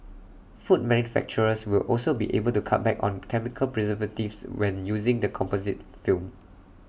food manufacturers will also be able to cut back on chemical preservatives when using the composite film